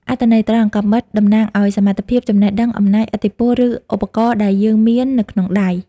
អត្ថន័យត្រង់ «កាំបិត» តំណាងឲ្យ សមត្ថភាព ចំណេះដឹង អំណាច ឥទ្ធិពល ឬ ឧបករណ៍ដែលយើងមាននៅក្នុងដៃ។